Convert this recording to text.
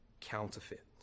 counterfeit